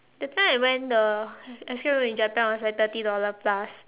that time I went the escape room in Japan was like thirty dollar plus